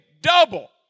double